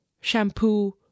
shampoo